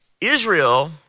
Israel